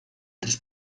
tres